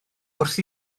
wrth